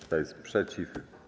Kto jest przeciw?